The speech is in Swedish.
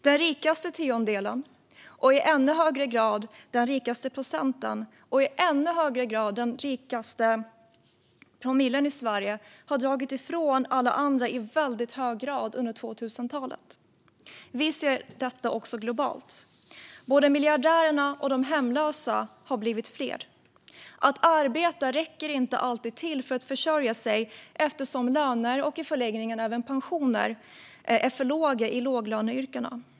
Den rikaste tiondelen, i högre grad den rikaste procenten och i ännu högre grad den rikaste promillen i Sverige har dragit ifrån alla andra i väldigt stor utsträckning under 2000-talet. Vi ser detta även globalt. Både miljardärerna och de hemlösa har blivit fler. Att arbeta räcker inte alltid till för att försörja sig, eftersom lönerna och i förlängningen även pensionerna är för låga i låglöneyrkena.